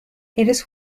eres